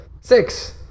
Six